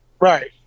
right